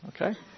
Okay